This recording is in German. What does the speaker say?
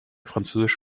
französisch